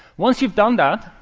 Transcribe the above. once you've done that,